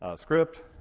ah script.